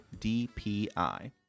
DPI